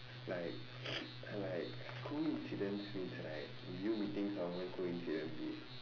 like like coincidence means right when you meeting someone coincidentally